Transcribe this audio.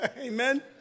Amen